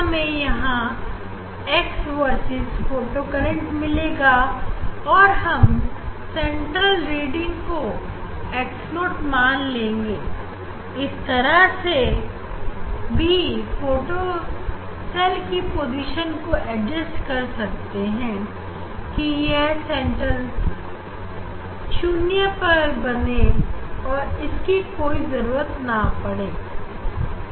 अब हमें यहां x Vs फोटो करंट मिलेगा और हम सेंट्रल रीडिंग को x0 मान लेंगे हम इस तरीके से भी फोटो सेल की पोजीशन को एडजस्ट कर सकते हैं कि यह सेंट्रल शून्य पर बने पर इसकी कोई जरूरत नहीं है